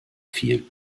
fiel